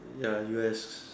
ya U_S